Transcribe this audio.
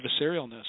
adversarialness